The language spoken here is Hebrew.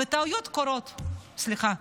וטעויות קורות, סליחה.